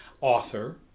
author